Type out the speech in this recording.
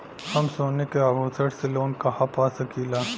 हम सोने के आभूषण से लोन कहा पा सकीला?